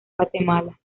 guatemala